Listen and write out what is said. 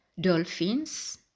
dolphins